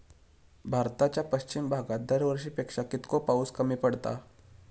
भारताच्या पश्चिम भागात दरवर्षी पेक्षा कीतको पाऊस कमी पडता?